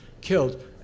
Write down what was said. killed